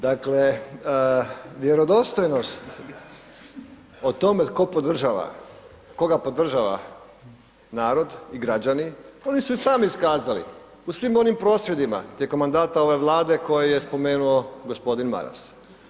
Dakle, vjerodostojnost o tome tko podržava, koga podržava narod i građani, oni su i sami iskazali u svim onim prosvjedima tijekom mandata ove Vlade koje je spomenuo gospodin Maras.